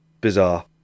Bizarre